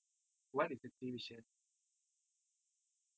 what is the three wishes